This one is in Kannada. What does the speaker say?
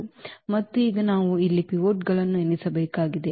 ಮತ್ತು ಈಗ ನಾವು ಇಲ್ಲಿ ಪಿವೋಟ್ಗಳನ್ನು ಎಣಿಸಬೇಕಾಗಿದೆ